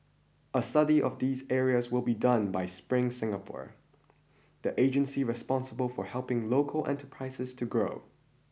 a study of these areas will be done by Spring Singapore the agency responsible for helping local enterprises to grow